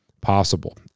possible